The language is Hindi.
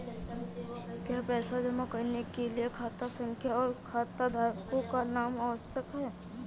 क्या पैसा जमा करने के लिए खाता संख्या और खाताधारकों का नाम आवश्यक है?